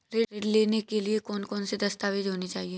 ऋण लेने के लिए कौन कौन से दस्तावेज होने चाहिए?